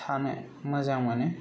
थानो मोजां मोनो